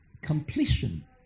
completion